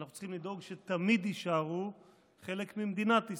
ואנחנו צריכים לדאוג שתמיד יישארו חלק ממדינת ישראל.